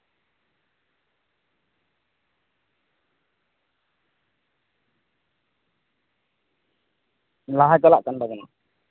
ᱞᱟᱦᱟ ᱪᱟᱞᱟᱜ ᱠᱟᱱ ᱛᱟᱵᱚᱱᱟ